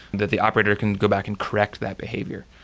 that the operator can go back and correct that behavior.